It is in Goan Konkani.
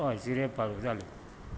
हय सिरयल पालु जालें